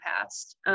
past